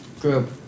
group